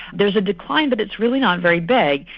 there is a decline but it's really not very big.